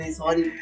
sorry